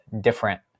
different